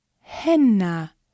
henna